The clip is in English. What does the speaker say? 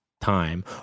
time